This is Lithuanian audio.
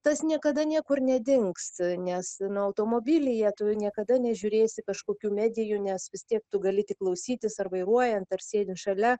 tas niekada niekur nedings nes nu automobilyje tu niekada nežiūrėsi kažkokių medijų nes vis tiek tu gali tik klausytis ar vairuojant ar sėdint šalia